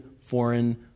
foreign